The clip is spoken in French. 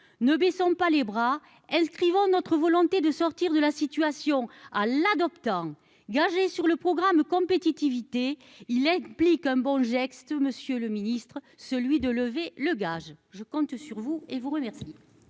ne baissons pas les bras, inscrivant notre volonté de sortir de la situation à l'adoptant gagées sur le programme Compétitivité, il explique : un bon geste, Monsieur le Ministre, celui de lever le gage je compte sur vous et vous remercie.